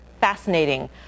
fascinating